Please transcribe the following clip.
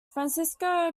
francisco